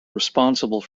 responsible